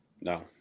No